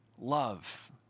love